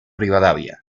rivadavia